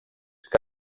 que